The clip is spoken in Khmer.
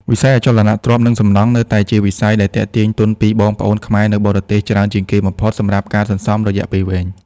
វិស័យអចលនទ្រព្យ និងសំណង់ នៅតែជាវិស័យដែលទាក់ទាញទុនពីបងប្អូនខ្មែរនៅបរទេសច្រើនជាងគេបំផុតសម្រាប់ការសន្សំរយៈពេលវែង។